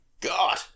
God